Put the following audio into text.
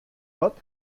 dat